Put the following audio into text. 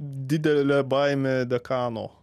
didelė baimė dekano